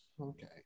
okay